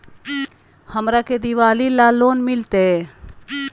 हमरा के दिवाली ला लोन मिलते?